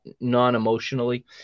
non-emotionally